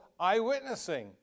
eyewitnessing